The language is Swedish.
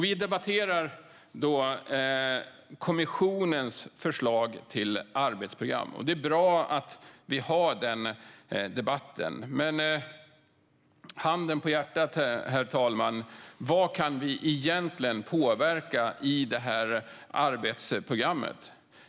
Vi debatterar kommissionens förslag till arbetsprogram. Det är bra att vi har den debatten. Men handen på hjärtat, herr talman, vad kan vi egentligen påverka i det arbetsprogrammet?